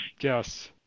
Yes